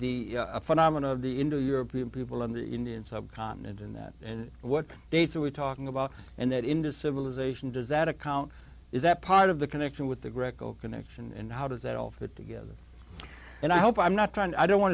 have the phenomenon of the into european people in the indian subcontinent in that and what dates are we talking about and that into civilization does that account is that part of the connection with the greco connection and how does that all fit together and i hope i'm not trying to i don't want